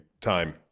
time